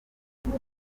kurya